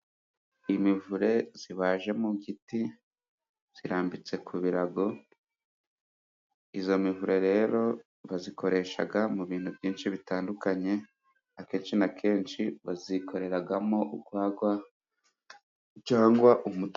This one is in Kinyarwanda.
Imivure ibaje mu biti irambitse ku birago, iyo mivure rero bayikoresha mu bintu byinshi bitandukanye ,akenshi na kenshi bayikoreramo urwagwa cyangwa umutobe.